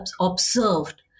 observed